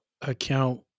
account